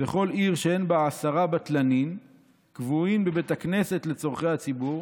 וכל עיר שאין בה עשרה בטלנין קבועין בבית הכנסת לצורכי הציבור"